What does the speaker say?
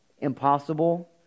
impossible